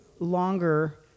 longer